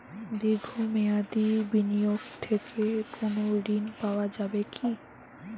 দীর্ঘ মেয়াদি বিনিয়োগ থেকে কোনো ঋন পাওয়া যাবে কী?